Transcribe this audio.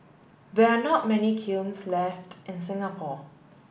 we are not many kilns left in Singapore